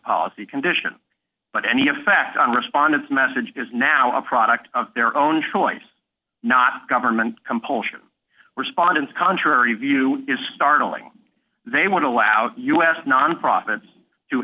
policy condition but any effect on respondents message is now a product of their own choice not government compulsion respondents contrary view is startling they would allow us non profits to